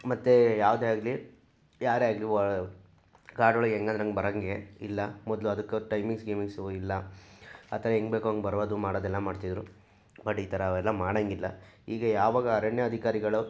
ಮತ್ತೆ ಯಾವುದೇ ಆಗಲಿ ಯಾರೇ ಆಗಲಿ ವಾ ಕಾಡೊಳಗೆ ಹೆಂಗಾದ್ರೆ ಹಂಗೆ ಬರೋಂಗೆ ಇಲ್ಲ ಮೊದಲು ಅದಕ್ಕೆ ಟೈಮಿಂಗ್ಸ್ ಗೀಮಿಂಗ್ಸ್ ಇಲ್ಲ ಅಥವಾ ಹೆಂಗೆ ಬೇಕೊ ಹಂಗೆ ಬರೋದು ಮಾಡೋದೆಲ್ಲ ಮಾಡ್ತಿದ್ರು ಬಟ್ ಈ ಥರ ಅವೆಲ್ಲ ಮಾಡೋಂಗಿಲ್ಲ ಈಗ ಯಾವಾಗ ಅರಣ್ಯ ಅಧಿಕಾರಿಗಳು